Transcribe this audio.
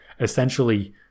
essentially